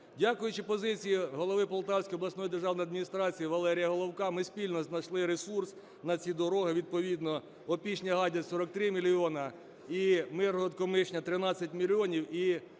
Дякуючи позиції голови Полтавської обласної державної адміністрації Валерія Головка, ми спільно знайшли ресурс на ці дороги, відповідно Опішня-Гадяч – 43 мільйони і Миргород-Комишня – 13 мільйонів,